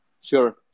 sure